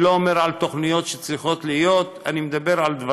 אני לא מדבר על תוכניות שצריכות להיות,